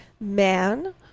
man